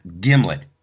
Gimlet